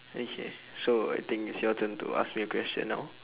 okay so I think it's your turn to ask me a question now